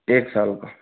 एक साल का